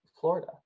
Florida